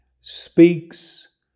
speaks